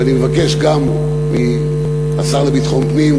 ואני מבקש גם מהשר לביטחון פנים,